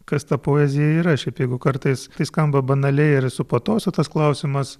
kas ta poezija yra šiaip jeigu kartais tai skamba banaliai ir su patosu tas klausimas